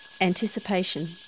Anticipation